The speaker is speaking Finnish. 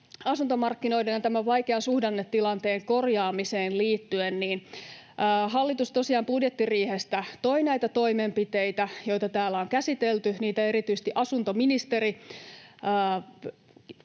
asuntomarkkinoiden ja tämän vaikean suhdannetilanteen korjaamiseen liittyen. Hallitus tosiaan toi budjettiriihestä näitä toimenpiteitä, joita täällä on käsitelty. Erityisesti asuntoministeri